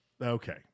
Okay